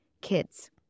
kids